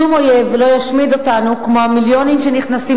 שום אויב לא ישמיד אותנו כמו המיליונים שנכנסים